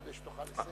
כדי שתוכל לסיים.